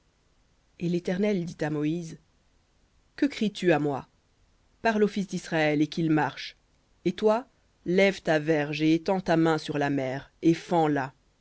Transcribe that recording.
et l'éternel dit à moïse que cries tu à moi parle aux fils d'israël et qu'ils marchent et toi lève ta verge et étends ta main sur la mer et fends la et